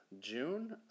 June